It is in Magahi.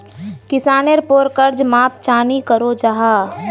किसानेर पोर कर्ज माप चाँ नी करो जाहा?